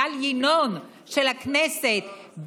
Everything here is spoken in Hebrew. של הכנסת,